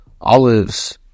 olives